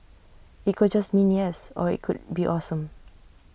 IT could just mean yes or IT could be awesome